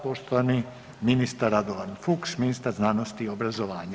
Poštovani ministar Radovan Fuchs, ministar znanosti i obrazovanja.